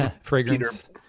fragrance